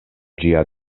ĝia